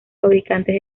fabricantes